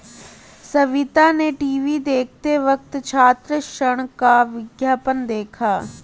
सविता ने टीवी देखते वक्त छात्र ऋण का विज्ञापन देखा